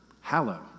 hallow